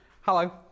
Hello